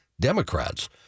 Democrats